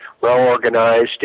well-organized